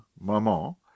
Maman